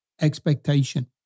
expectation